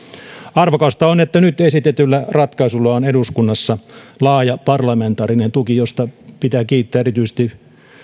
arvokasta on että nyt esitetyllä ratkaisulla on eduskunnassa laaja parlamentaarinen tuki josta pitää kiittää erityisesti